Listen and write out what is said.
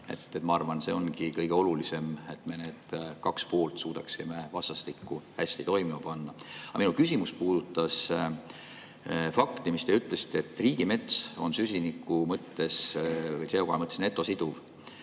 Ma arvan, see ongi kõige olulisem, et me need kaks poolt suudaksime vastastikku hästi toimima panna. Aga minu küsimus puudutab fakti, mille te ütlesite, et riigimets on süsiniku mõttes või CO2mõttes netosiduv.